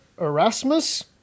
Erasmus